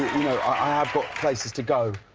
i have got places to go.